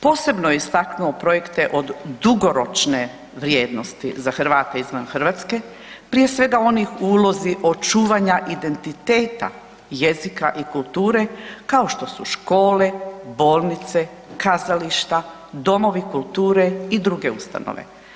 Posebno je istaknuo projekte od dugoročne vrijednosti za Hrvate izvan Hrvatske, prije svega onih u ulozi očuvanja identiteta, jezika i kulture, kao što su škole, bolnice, kazališta, domovi kulture i druge ustanove.